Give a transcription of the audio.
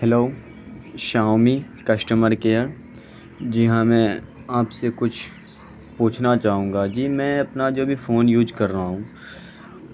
hello Xiaomi customer care جی ہاں میں آپ سے کچھ پوچھنا چاہوں گا جی میں اپنا جو ابھی فون یوج کر رہا ہوں